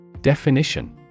Definition